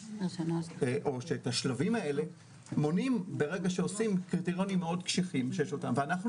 את השלבים האלה מונעים ברגע שיש קריטריונים מאוד קשיחים ואנחנו